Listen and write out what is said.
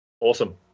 Awesome